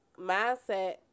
mindset